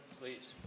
Please